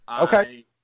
okay